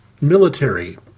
military